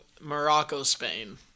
Morocco-Spain